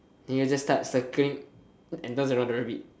then you all just start circling and dance around the rabbit